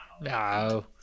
No